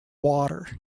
water